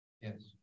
Yes